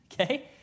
Okay